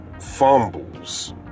fumbles